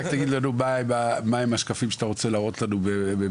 אז רק תגיד לנו מה השקפים שאתה רוצה להראות לנו במיוחד,